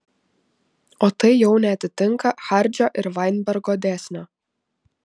o tai jau neatitinka hardžio ir vainbergo dėsnio